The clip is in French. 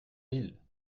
ville